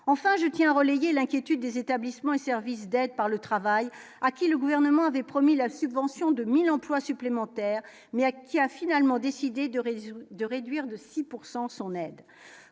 enfin je tiens relayé l'inquiétude des établissements et service d'aide par le travail, à qui le gouvernement avait promis la subvention 2000 emplois supplémentaires mais à qui a finalement décidé de, de réduire de 6 pourcent